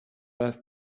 است